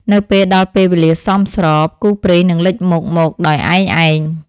នៅពេលដល់ពេលវេលាសមស្រប គូព្រេងនឹងលេចមុខមកដោយឯកឯង។